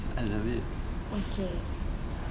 okay